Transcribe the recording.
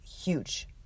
huge